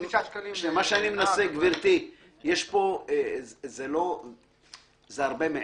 זה הרבה מעבר.